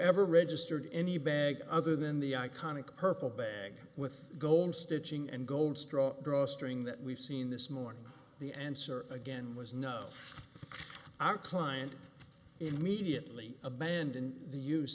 ever registered any bag other than the iconic purple bag with gold stitching and goldstraw drawstring that we've seen this morning the answer again was no our client immediately abandon the use